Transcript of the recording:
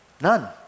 None